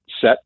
set